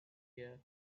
gear